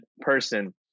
person